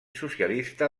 socialista